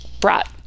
brought